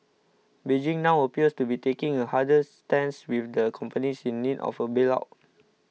Beijing now appears to be taking a harder stance with the companies in need of a bail out